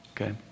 okay